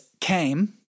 came